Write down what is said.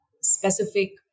specific